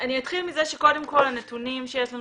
אני אתחיל מזה שקודם כל הנתונים שיש לנו